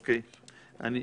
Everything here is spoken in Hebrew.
אוקיי, הבנתי.